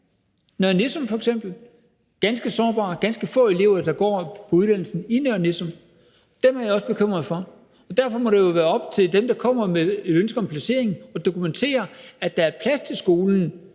Nissum. Den er ganske sårbar, og der er ganske få elever, der går på uddannelsen i Nørre Nissum. Den er jeg også bekymret for. Og derfor må det være op til dem, der kommer med et ønske om placering, at dokumentere, at der er plads til skolen,